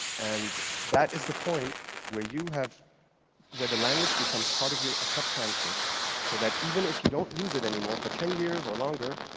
and that is the point where you have where the language becomes part of your subconscious so that even if you don't use it anymore for ten years or longer,